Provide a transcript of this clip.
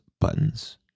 buttons